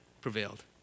prevailed